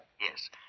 Yes